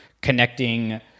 connecting